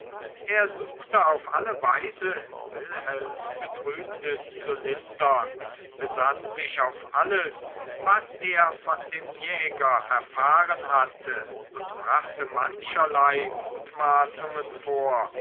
er suchte auf alle weise wilhelms betrübnis zu lindern besann sich auf alles was er von dem jäger erfahren hatte und brachte mancherlei mutmaßungen vor